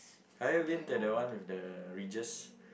have you been to the one with the ridges